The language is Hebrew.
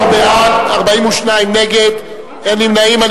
17 בעד, 42 נגד, אין נמנעים.